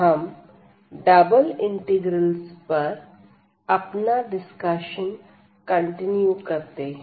हम double integrals पर अपना डिस्कशन कंटिन्यू करते हैं